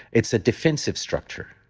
it's a defensive structure.